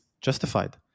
justified